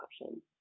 options